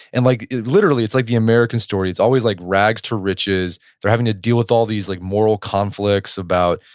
and like literally, it's like the american story. it's always like rags to riches. they're having to deal with all these like moral conflicts about,